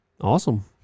Awesome